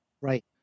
Right